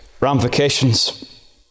ramifications